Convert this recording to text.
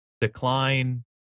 decline